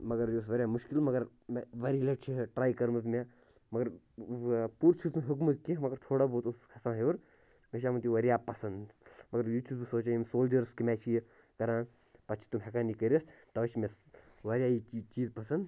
مگر یہِ اوس واریاہ مشکل مگر مےٚ واریاہ لَٹہِ چھِ ٹرٛاے کٔرمٕژ مےٚ مگر ٲں پوٗرٕ چھُس نہٕ ہیٛوکمُت کیٚنٛہہ مگر تھوڑا بہت اوسُس کھسان ہیٛور مےٚ چھِ آمُت یہِ واریاہ پَسنٛد مگر یِہِ تہِ چھُس بہٕ سونٛچان یِم سولجٲرٕز کَمہِ آیہِ چھِ یہِ کران پتہٕ چھِ تِم ہیٚکان یہِ کٔرِتھ تَؤے چھِ مےٚ واریاہ یہِ چیٖز پَسنٛد